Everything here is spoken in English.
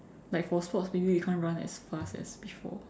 like for sports maybe we can't run as fast as before